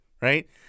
right